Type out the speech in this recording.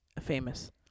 famous